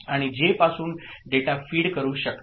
आणि जे पासून डेटा फीड करू शकता